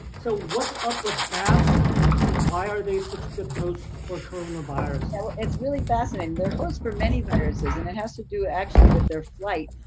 so what's up with bats and why are they such good hosts for coronaviruses? so it's really fascinating. they're hosts for many viruses, and it has to do actually with their flight,